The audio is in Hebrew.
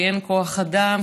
כי אין כוח אדם,